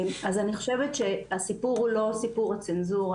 אני חושבת שהסיפור הוא לא סיפור הצנזורה,